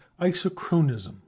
isochronism